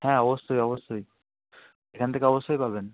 হ্যাঁ অবশ্যই অবশ্যই এখান থেকে অবশ্যই পাবেন